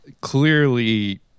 clearly